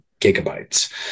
gigabytes